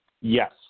Yes